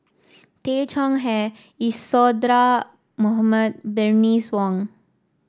Tay Chong Hai Isadhora Mohamed Bernice Wong